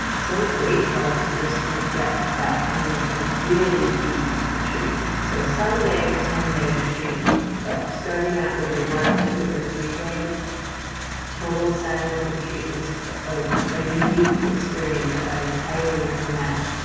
so grateful to just like get that kind of like really deep retreat. so someday, the ten day retreat but starting out with a one, two, or three day total silent retreat is a unique experience that i highly recommend.